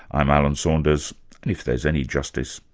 i'm alan saunders and if there's any justice,